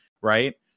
right